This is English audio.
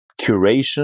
curation